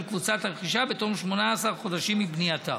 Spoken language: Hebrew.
קבוצת הרכישה בתום 18 חודשים מבנייתה.